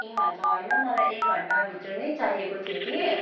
ए हजुर होइन मलाई एक घन्टाभित्र नै चाहिएको थियो कि